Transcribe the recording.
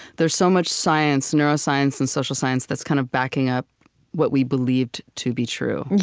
there's so much science, neuroscience and social science, that's kind of backing up what we believed to be true.